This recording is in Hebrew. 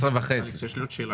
יש לי שאלה